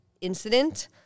incident